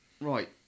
Right